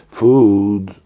food